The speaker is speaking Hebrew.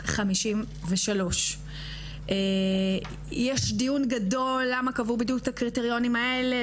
1953. יש דיון גדול למה קבעו בדיוק את הקריטריונים האלה,